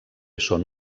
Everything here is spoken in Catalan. són